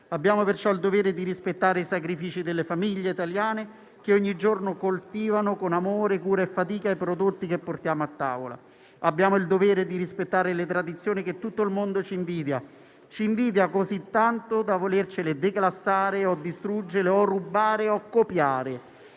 Abbiamo perciò il dovere di rispettare i sacrifici delle famiglie italiane che ogni giorno coltivano con amore, cura e fatica i prodotti che portiamo a tavola. Abbiamo il dovere di rispettare le tradizioni che tutto il mondo ci invidia; ci invidia così tanto da volercele declassare, distruggere, rubare o copiare.